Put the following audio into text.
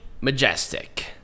majestic